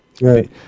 Right